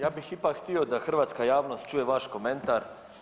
Ja bih ipak htio da hrvatska javnost čuje vaš komentar.